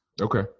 Okay